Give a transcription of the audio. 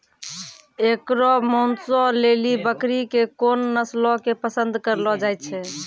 एकरो मांसो लेली बकरी के कोन नस्लो के पसंद करलो जाय छै?